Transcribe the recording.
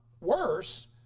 worse